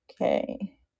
okay